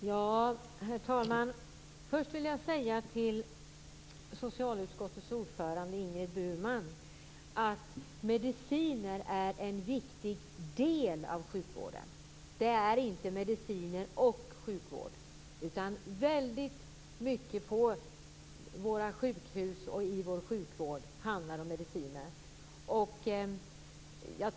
Herr talman! Först vill jag till socialutskottets ordförande Ingrid Burman säga att mediciner är en viktig del av sjukvården. Det är inte fråga om mediciner och sjukvård. Väldigt mycket på våra sjukhus och i vår sjukvård handlar om mediciner.